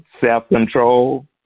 self-control